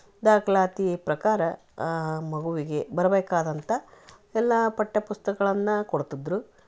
ದಾಖಲಾತಿ ಪ್ರಕಾರ ಆ ಮಗುವಿಗೆ ಬರ್ಬೇಕಾದಂಥ ಎಲ್ಲಾ ಪಠ್ಯ ಪುಸ್ತಕಗಳನ್ನ ಕೊಡ್ತಿದ್ದರು